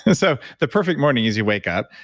and so the perfect morning is you wake up.